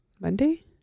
monday